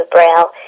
Braille